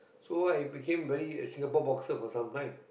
so I became very a Singapore boxer for sometime